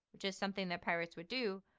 which is something that pirates would do.